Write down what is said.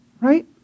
Right